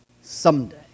someday